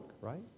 right